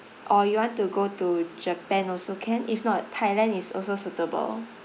or you want to go to japan also can if not thailand is also suitable